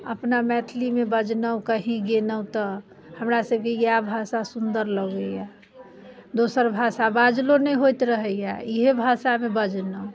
अपना मैथिलीमे बजलहुँ कहीँ गेलहुँ तऽ हमरा सभकेँ इएह भाषा सुंदर लगैया दोसर भाषा बाजलो नहि होइत रहैया इएह भाषामे बजलहुँ